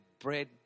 bread